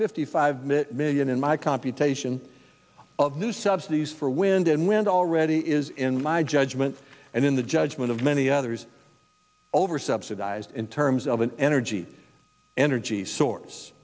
fifty five million in my computation of new subsidies for wind and wind already is in my judgment and in the judgment of many others over subsidized in terms of an energy energy source